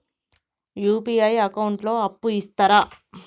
UPI account లో అప్పు ఇస్తరా?